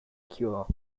cure